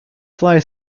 fly